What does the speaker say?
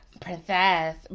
Princess